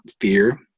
fear